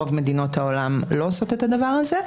רוב מדינות העולם לא עושות את הדבר הזה.